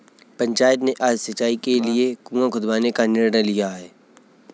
पंचायत ने आज सिंचाई के लिए कुआं खुदवाने का निर्णय लिया है